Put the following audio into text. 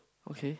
okay